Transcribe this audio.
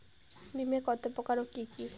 বীমা কত প্রকার ও কি কি?